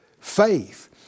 Faith